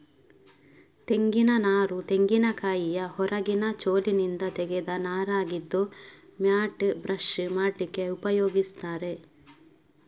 ತೆಂಗಿನ ನಾರು ತೆಂಗಿನಕಾಯಿಯ ಹೊರಗಿನ ಚೋಲಿನಿಂದ ತೆಗೆದ ನಾರಾಗಿದ್ದು ಮ್ಯಾಟ್, ಬ್ರಷ್ ಮಾಡ್ಲಿಕ್ಕೆ ಉಪಯೋಗಿಸ್ತಾರೆ